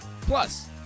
Plus